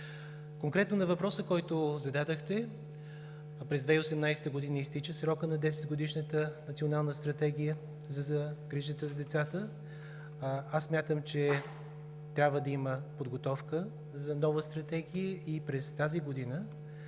Конкретно на въпроса, който зададохте. През 2018 г. изтича срокът на 10-годишната Национална стратегия за грижата за децата. Аз смятам, че трябва да има подготовка за нова стратегия и през тази година